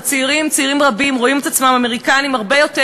צעירים רבים רואים את עצמם אמריקנים הרבה יותר,